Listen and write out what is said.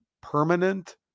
permanent